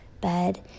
bed